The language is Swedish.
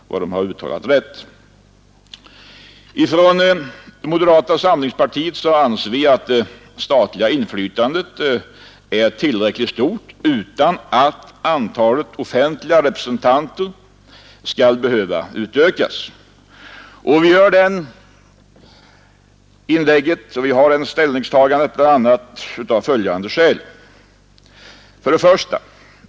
Moderata samlingspartiet anser att det statliga inflytandet är tillräckligt stort utan att antalet offentliga representanter skall behöva utökas. Vi har intagit denna ställning av bl.a. följande skäl: 1.